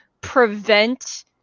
prevent